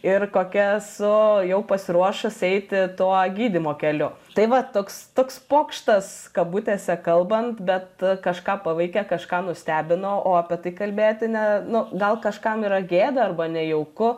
ir kokia esu jau pasiruošus eiti tuo gydymo keliu tai va toks toks pokštas kabutėse kalbant bet kažką paveikia kažką nustebina o apie tai kalbėti ne nu gal kažkam yra gėda arba nejauku